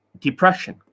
depression